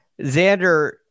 Xander